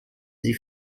sie